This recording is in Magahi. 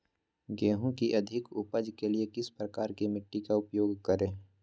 गेंहू की अधिक उपज के लिए किस प्रकार की मिट्टी का उपयोग करे?